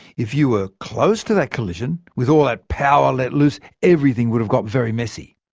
if you were close to that collision, with all that power let loose, everything would have got very messy.